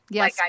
Yes